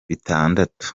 bitandatu